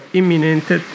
imminente